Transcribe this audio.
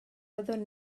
byddwn